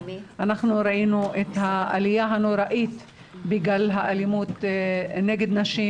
אנחנו ראינו את העליה הנוראית בגל האלימות נגד נשים,